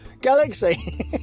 galaxy